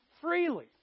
freely